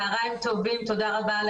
צהריים טובים, תודה רבה ע.